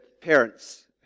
parents